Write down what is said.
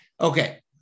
Okay